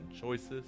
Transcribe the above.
choices